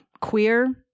queer